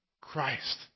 Christ